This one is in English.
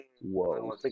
Whoa